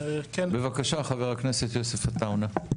בבקשה, חבר הכנסת יוסף עטאונה.